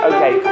Okay